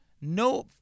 No